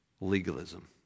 Legalism